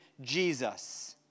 Jesus